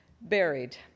Buried